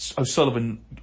O'Sullivan